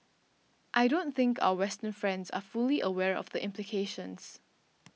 I don't think our western friends are fully aware of the implications